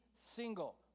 single